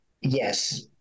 yes